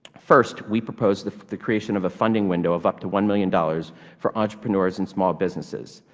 first, we propose the the creation of a funding window of up to one million dollars for entrepreneurs and small businesses.